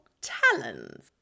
talons